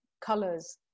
colors